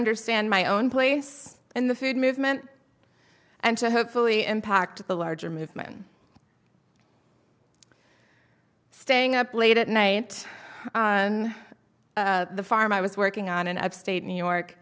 understand my own place in the food movement and to hopefully impact the larger movement staying up late at night on the farm i was working on and upstate new york